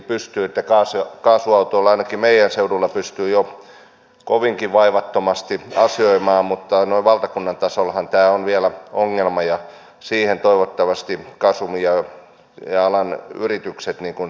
kaasuautoilla ainakin meidän seudullamme pystyy jo kovinkin vaivattomasti asioimaan mutta noin valtakunnan tasollahan tämä on vielä ongelma ja siihen toivottavasti gasum ja alan yritykset satsaavat